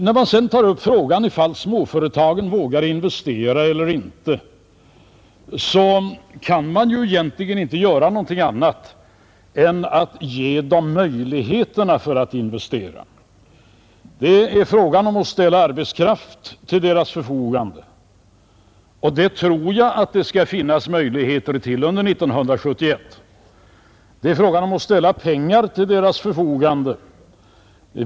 När man sedan tar upp frågan om småföretagen vågar investera eller inte vill jag påpeka att man egentligen inte kan göra någonting annat än att ge dem möjligheterna att investera. Det är fråga om att ställa arbetskraft till deras förfogande — och det tror jag att det skall finnas möjligheter till under år 1971. Det är vidare fråga om att ställa pengar till deras förfogande.